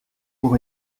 pour